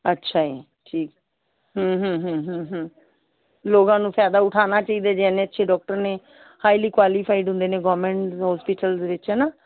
ਅੱਛਾ ਜੀ ਠੀਕ ਲੋਕਾਂ ਨੂੰ ਫਾਇਦਾ ਉਠਾਉਣਾ ਚਾਹੀਦਾ ਜੇ ਇੰਨੇ ਅੱਛੇ ਡੋਕਟਰ ਨੇ ਹਾਈਲੀ ਕੁਆਲੀਫਾਈਡ ਹੁੰਦੇ ਨੇ ਗੌਰਮੈਂਟ ਹੋਸਪੀਟਲਸ ਵਿੱਚ ਹੈ ਨਾ